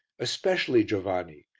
especially giovanni,